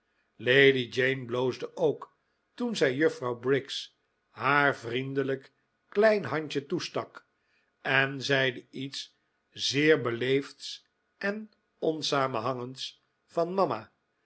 lady jane bloosde ook toen zij juffrouw briggs haar vriendelijk klein handje toestak en zeide iets zeer beleefds en onsamenhangends van mama